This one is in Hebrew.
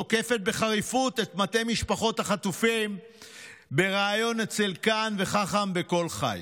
תוקפת בחריפות את מטה משפחות החטופים בריאיון אצל קאהן וחכם בקול חי.